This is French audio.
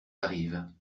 arrive